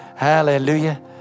Hallelujah